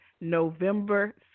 November